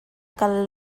kal